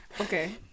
okay